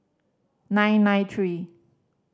nine nine three